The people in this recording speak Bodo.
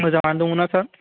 मोजाङानो दङ ना सार